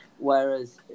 Whereas